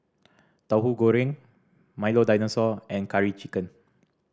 Tauhu Goreng Milo Dinosaur and Curry Chicken